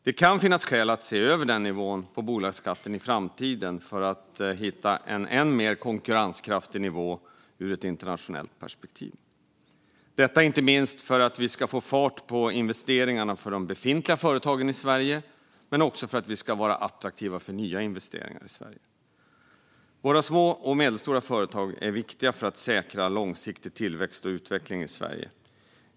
Det kan finnas skäl att se över nivån på bolagsskatten i framtiden för att hitta en än mer konkurrenskraftig nivå ur ett internationellt perspektiv - detta inte minst för att för att vi ska få fart på investeringarna för de befintliga företagen i Sverige men också för att vi ska vara attraktiva för nya investeringar. Våra små och medelstora företag är viktiga för att säkra långsiktig tillväxt och utveckling i Sverige.